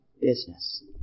business